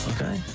Okay